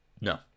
No